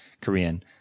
Korean